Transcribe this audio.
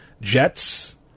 Jets